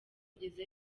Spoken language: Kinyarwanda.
kugeza